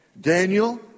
Daniel